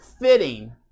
fitting